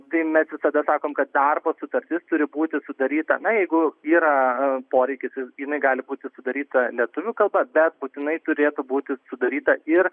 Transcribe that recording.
tai mes visada sakom kad darbo sutartis turi būti sudaryta na jeigu yra poreikis jinai gali būti sudaryta lietuvių kalba bet būtinai turėtų būti sudaryta ir